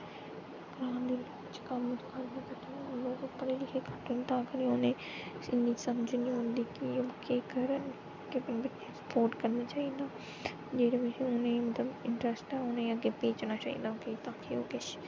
ग्रां दे बिच्च कम्म काज बी घट होंदे पढ़े लिखे घट न तां करियै उनेंगी इन्नी समझ निं औंदी केह् करन कि अपने बच्चें गी सपोर्ट करना चाहि्दा जेह्ड़े उनेंगी मतलब इंट्रस्ट उनेंगी अग्गें भेजना चाहि्दा ताकी ओह् किश